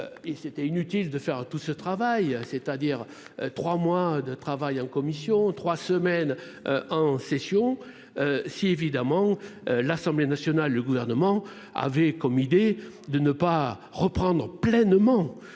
Et c'était inutile de faire tout ce travail, c'est-à-dire 3 mois de travail en commission trois semaines en session. Si évidemment l'Assemblée nationale, le gouvernement avait comme idée de ne pas reprendre pleinement.